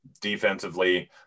defensively